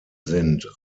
sind